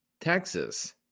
Texas